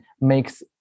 makes